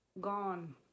Gone